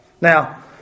Now